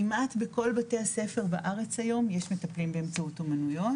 כמעט בכל בתי הספר בארץ היום יש מטפלים באמצעות אומניות.